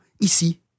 ici